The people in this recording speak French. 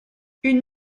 une